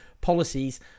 policies